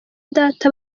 data